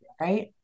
Right